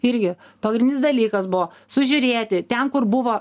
irgi pagrindinis dalykas buvo sužiūrėti ten kur buvo